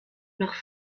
noch